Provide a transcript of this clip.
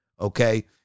Okay